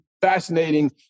fascinating